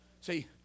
See